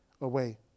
away